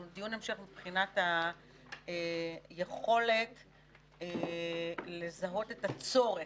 דיון המשך מבחינת היכולת לזהות את הצורך,